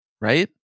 right